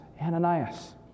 Ananias